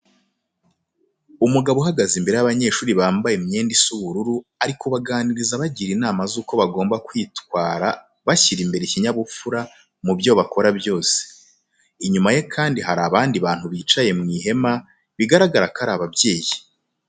Umugabo uhagaze imbere y'abanyeshuri bambaye imyenda isa ubururu, ari kubaganiriza abagira inama z'uko bagomba kwitwara bashyira imbere ikinyabupfura mu byo bakora byose. Inyuma ye kandi hari abandi bantu bicaye mu ihema, bigaragara ko ari ababyeyi.